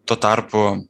tuo tarpu